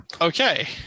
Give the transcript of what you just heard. Okay